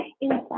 inside